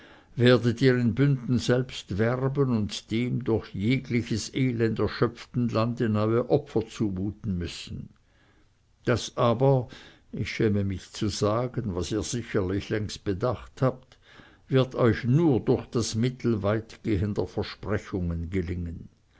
werdet ihr in bünden selbst werben und dem durch jegliches elend erschöpften lande neue opfer zumuten müssen das aber ich schäme mich zu sagen was ihr sicherlich längst bedacht habt wird euch nur durch das mittel weitgehender versprechungen gelingen